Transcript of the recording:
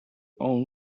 own